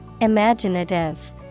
Imaginative